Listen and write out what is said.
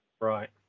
Right